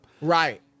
Right